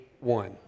one